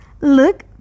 look